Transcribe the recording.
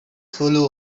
solo